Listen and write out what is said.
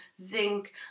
zinc